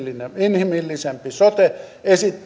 inhimillisempi sote esitteen